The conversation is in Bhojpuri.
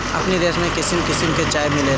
अपनी देश में किसिम किसिम के चाय मिलेला